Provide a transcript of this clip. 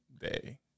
day